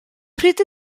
pryd